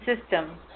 system